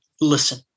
listen